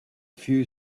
few